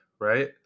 right